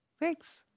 thanks